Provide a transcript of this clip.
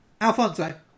Alfonso